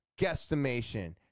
guesstimation